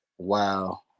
Wow